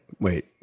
wait